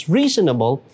reasonable